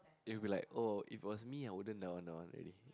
you will be like oh if it was me I wouldn't that one that one already